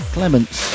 Clements